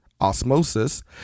osmosis